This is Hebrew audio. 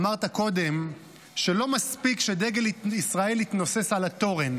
אמרת קודם שלא מספיק שדגל ישראל יתנוסס על התורן.